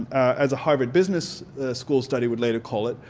as a harvard business school study would later call it,